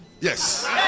yes